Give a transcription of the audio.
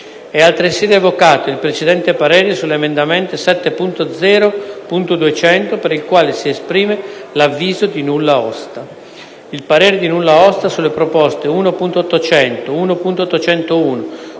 E[]altresı revocato il precedente parere sull’emendamento 7.0.200, per il quale si esprime l’avviso di nulla osta. Il parere edi nulla osta sulle proposte 1.800, 1.801,